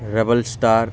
real star